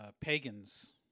pagans